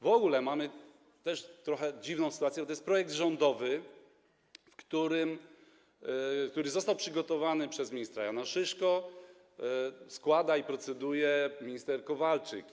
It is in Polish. W ogóle jest trochę dziwna sytuacja, bo to jest projekt rządowy, który został przygotowany przez ministra Jana Szyszkę, a składa go i proceduje minister Kowalczyk.